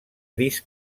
gris